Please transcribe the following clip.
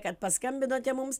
kad paskambinote mums